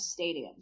stadiums